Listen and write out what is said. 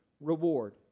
reward